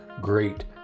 great